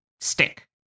stick